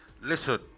Listen